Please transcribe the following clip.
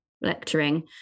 lecturing